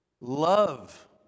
love